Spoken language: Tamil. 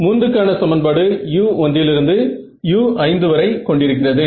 3 க்கான சமன்பாடு u1 லிருந்து u5 வரை கொண்டிருக்கிறது